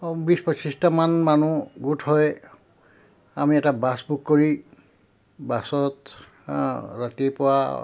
বিশ পঁচিছটামান মানুহ গোট হৈ আমি এটা বাছ বুক কৰি বাছত ৰাতিপুৱা